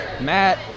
Matt